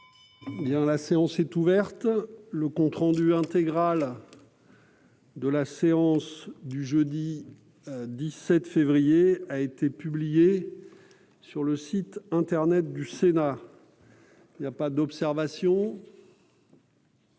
La séance est ouverte. Le compte rendu intégral de la séance du jeudi 17 février 2022 a été publié sur le site internet du Sénat. Il n'y a pas d'observation ?